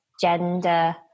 gender